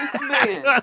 man